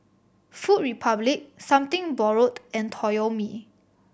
Food Republic Something Borrowed and Toyomi